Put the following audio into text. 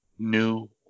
new